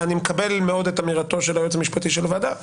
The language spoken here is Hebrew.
מקבל מאוד את אמירתו ש היועץ המשפטי של הוועדה,